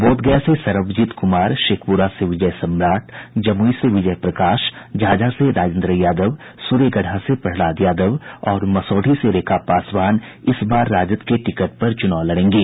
बोधगया से सरबजीत कुमार शेखपुरा से विजय सम्राट जमुई से विजय प्रकाश झाझा से राजेन्द्र यादव सूर्यगढ़ा से प्रहलाद यादव और मसौढ़ी से रेखा पासवान इस बार राष्ट्रीय जनता दल के टिकट पर चुनाव लड़ेंगे